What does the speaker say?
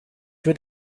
wird